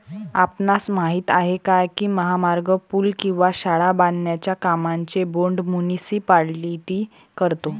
आपणास माहित आहे काय की महामार्ग, पूल किंवा शाळा बांधण्याच्या कामांचे बोंड मुनीसिपालिटी करतो?